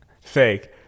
Fake